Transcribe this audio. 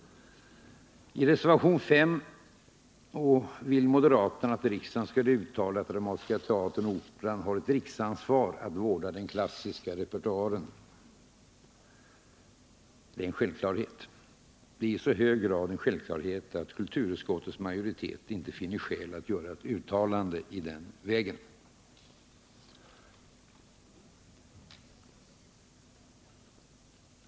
I reservation 5 vill moderaterna att riksdagen skall uttala att Dramatiska teatern och Operan har ett riksansvar att vårda den klassiska repertoaren. Det är en självklarhet. Det är i så hög grad en självklarhet att kulturutskottets majoritet inte finner skäl att göra ett uttalande i den vägen.